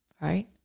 Right